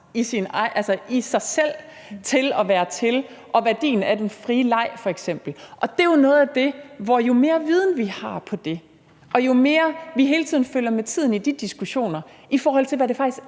i sig selv til at være til, og af værdien af den frie leg. Og jo mere viden vi har på det felt, og jo mere vi hele tiden følger med tiden i de diskussioner – i forhold til hvad det faktisk